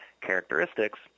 characteristics